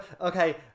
Okay